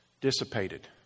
dissipated